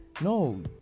no